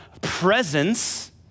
presence